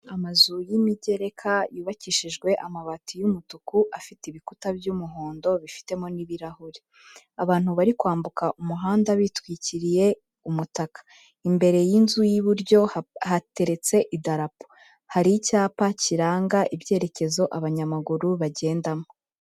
Amazu y'imigereka yubakishijwe amabati y'umutuku, afite ibikuta by'umuhondo bifitemo n'ibirahuri. Abantu bari kwambuka umuhanda bitwikiriye umutaka, imbere y'inzu y'iburyo hateretse idarapo, hari icyapa kiranga ibyerekezo abanyamaguru bagendamo.